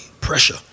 pressure